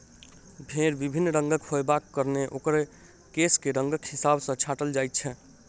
भेंड़ विभिन्न रंगक होयबाक कारणेँ ओकर केश के रंगक हिसाब सॅ छाँटल जाइत छै